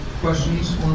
questions